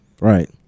Right